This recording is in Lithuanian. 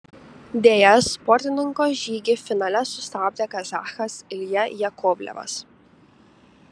deja sportininko žygį finale sustabdė kazachas ilja jakovlevas